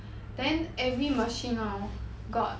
then every machine hor got